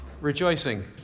rejoicing